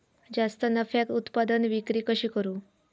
जास्त नफ्याक उत्पादन विक्री कशी करू?